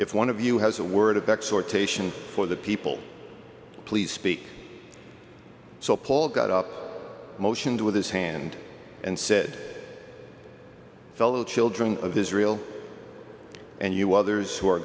if one of you has a word of that sort taishan for the people please speak so paul got up motioned with his hand and said fellow children of israel and you others who are